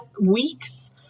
weeks